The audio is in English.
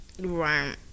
Right